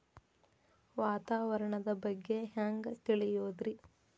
ವಾತಾವರಣದ ಬಗ್ಗೆ ಹ್ಯಾಂಗ್ ತಿಳಿಯೋದ್ರಿ?